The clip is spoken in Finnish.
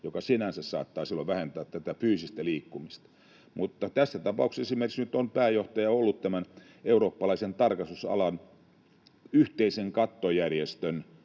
mikä sinänsä saattaisi vähentää fyysistä liikkumista. Mutta esimerkiksi tässä tapauksessa nyt pääjohtaja on ollut eurooppalaisen tarkastusalan yhteisen kattojärjestön